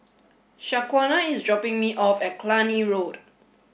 Shaquana is dropping me off at Cluny Road